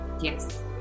yes